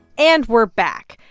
and we're back.